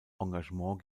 engagement